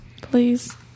Please